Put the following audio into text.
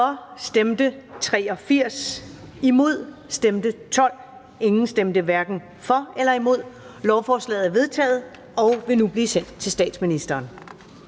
imod stemte 8 (EL og Uffe Elbæk (UFG)), hverken for eller imod stemte 0. Lovforslaget er vedtaget og vil nu blive sendt til statsministeren.